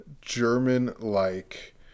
german-like